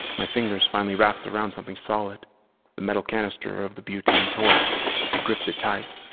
my fingers finally wrapped around something solid the metal canister of the butane torch and gripped it tight.